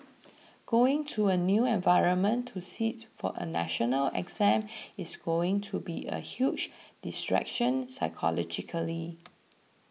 going to a new environment to sit for a national exam is going to be a huge distraction psychologically